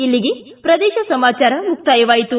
ಇಲ್ಲಿಗೆ ಪ್ರದೇಶ ಸಮಾಚಾರ ಮುಕ್ತಾಯವಾಯಿತು